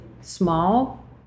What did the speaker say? small